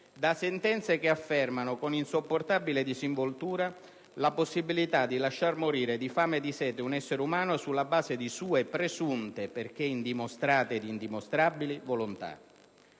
da sentenze che affermano, con insopportabile disinvoltura, la possibilità di lasciar morire di fame e di sete un essere umano sulla base di sue presunte (perché indimostrate e indimostrabili) volontà.